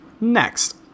Next